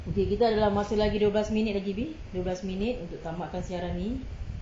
okay kita ada dalam masa lagi dua belas minute lagi dua belas minute untuk tamatkan siaran ni